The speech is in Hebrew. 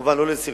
כמובן לא לסרבול,